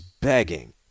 begging